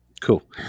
cool